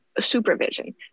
supervision